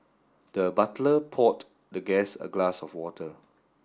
the butler poured the guest a glass of water